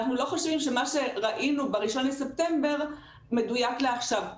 אנחנו לא חושבים שמה שראינו ב-1 בספטמבר מדויק לעכשיו.